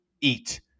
eat